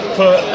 put